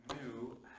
new